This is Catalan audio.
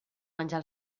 menjar